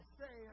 say